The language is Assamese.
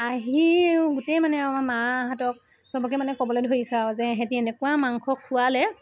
আহিও গোটেই মানে আমাৰ মাহঁতক চবকে মানে ক'বলৈ ধৰিছে আৰু যে ইহঁতে এনেকুৱা মাংস খুৱালে